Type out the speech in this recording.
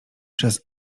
przez